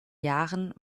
jahren